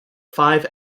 five